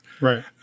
right